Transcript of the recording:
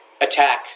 attack